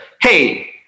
hey